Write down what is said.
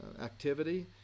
activity